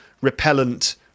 repellent